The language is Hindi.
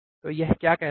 तो यह क्या कहता है